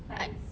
I